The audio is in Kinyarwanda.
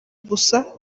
gusa